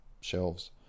shelves